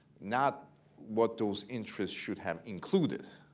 not what those interests should have included,